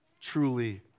truly